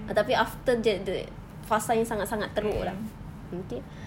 uh tapi tapi after that the fasa yang sangat sangat teruk lah okay